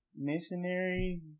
Missionary